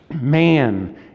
man